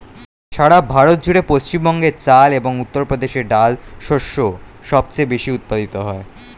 সারা ভারত জুড়ে পশ্চিমবঙ্গে চাল এবং উত্তরপ্রদেশে ডাল শস্য সবচেয়ে বেশী উৎপাদিত হয়